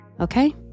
Okay